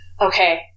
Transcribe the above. Okay